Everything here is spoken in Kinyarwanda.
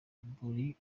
buri